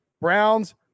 Browns